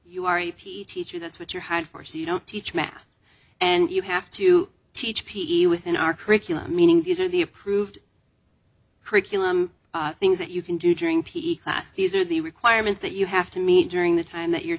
p teacher that's what you're hired for so you don't teach math and you have to teach p e within our curriculum meaning these are the approved curriculum things that you can do during peak class these are the requirements that you have to me during the time that you're